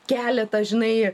keletą žinai